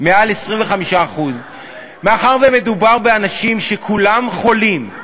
מעל 25%. מאחר שמדובר באנשים שכולם חולים,